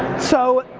so,